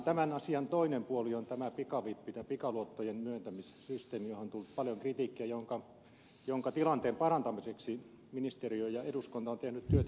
tämän asian toinen puoli on tämä pikaluottojen myöntämissysteemi johon on tullut paljon kritiikkiä jonka tilanteen parantamiseksi ministeriö ja eduskunta ovat tehneet työtä